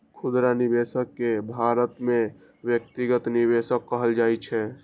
खुदरा निवेशक कें भारत मे व्यक्तिगत निवेशक कहल जाइ छै